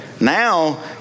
now